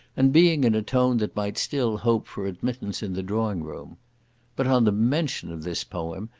and being in a tone that might still hope for admittance in the drawing-room but, on the mention of this poem,